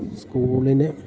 സ്കൂളിലെ